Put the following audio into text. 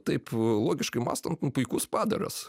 taip logiškai mąstant puikus padaras